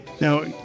Now